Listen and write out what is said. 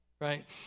Right